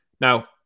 Now